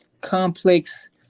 complex